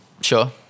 Sure